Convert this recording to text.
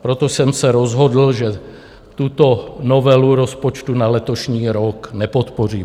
Proto jsem se rozhodl, že tuto novelu rozpočtu na letošní rok nepodpořím.